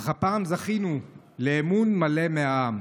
אך הפעם זכינו לאמון מלא מהעם,